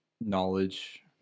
knowledge